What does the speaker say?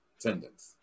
tendons